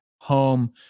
home